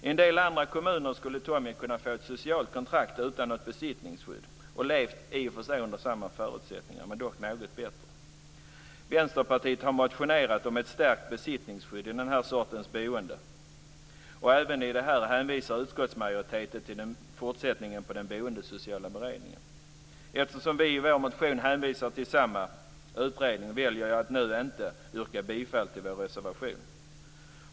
I en del andra kommuner skulle Tommy kunna få ett socialkontrakt utan något besittningsskydd och leva i och för sig under samma förutsättningar men dock något bättre. Vänsterpartiet har motionerat om ett stärkt besittningsskydd i den här sortens boende. Även här hänvisar utskottsmajoriteten till fortsättningen av den boendesociala beredningen. Eftersom vi i vår motion hänvisar till samma utredning väljer jag att nu inte yrka bifall till vår reservation.